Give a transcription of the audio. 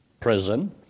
prison